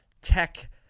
tech